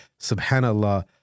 subhanAllah